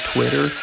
Twitter